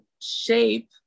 shape